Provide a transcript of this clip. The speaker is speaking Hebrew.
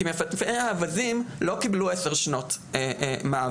מפטמי האווזים לא קיבלו עשר שנות מעבר,